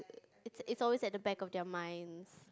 it's it's always at the back of their minds